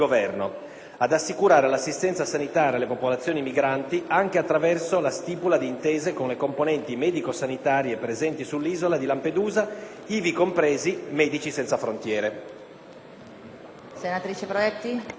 ad assicurare l'assistenza sanitaria alle popolazioni migranti anche attraverso la stipula di intese con le componenti medico-sanitarie presenti sull'isola di Lampedusa, ivi compresi Medici Senza Frontiere.